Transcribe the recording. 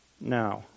Now